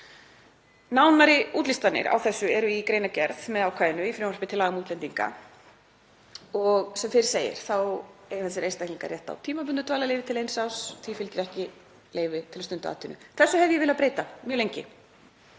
Nánari útlistanir á þessu eru í greinargerð með ákvæðinu í frumvarpi til laga um útlendinga og sem fyrr segir þá eiga þessir einstaklingar rétt á tímabundnu dvalarleyfi til eins árs og því fylgir ekki leyfi til að stunda atvinnu. Þessu hef ég viljað breyta mjög lengi